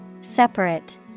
Separate